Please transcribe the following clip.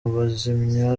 bazimya